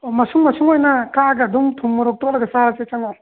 ꯑꯣ ꯃꯁꯨꯡ ꯃꯁꯨꯡ ꯑꯣꯏꯅ ꯀꯛꯑꯒ ꯑꯗꯨꯝ ꯊꯨꯝ ꯃꯣꯔꯣꯛ ꯇꯣꯠꯂꯒ ꯆꯥꯔꯁꯤ ꯆꯪꯉꯛꯑꯣ